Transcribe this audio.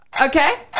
Okay